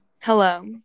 Hello